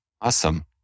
Awesome